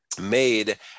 made